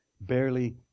barely